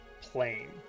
plane